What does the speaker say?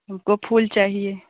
हमको फूल चाहिए